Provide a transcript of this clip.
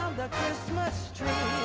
the christmas tree